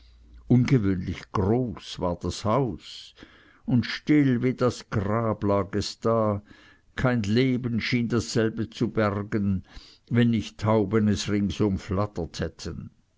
ungewöhnlich groß war das haus und still wie das grab lag es da kein leben schien dasselbe zu bergen wenn nicht tauben es rings umflattert hätten